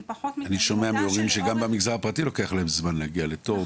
אני שומע מהורים שגם במגזר הפרטי לוקח להם הרבה זמן להגיע לתור.